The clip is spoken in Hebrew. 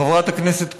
חברת הכנסת קורן,